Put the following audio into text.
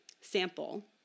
sample